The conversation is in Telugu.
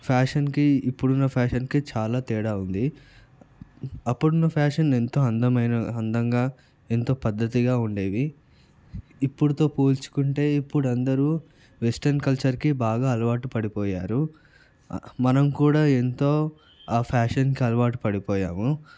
ఫ్యాషన్కి ఇప్పుడున్న ఫ్యాషన్కి చాలా తేడా ఉంది అప్పుడున్న ఫ్యాషన్ ఎంతో అందమైన అందంగా ఎంతో పద్ధతిగా ఉండేవి ఇప్పుడుతో పోల్చుకుంటే ఇప్పుడు అందరూ వెస్ట్రన్ కల్చర్కి బాగా అలవాటు పడిపోయారు మనం కూడా ఎంతో ఆ ఫ్యాషన్కి అలవాటు పడిపోయాము